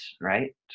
right